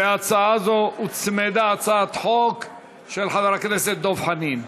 להצעה זו הוצמדה הצעת חוק של חבר הכנסת דב חנין.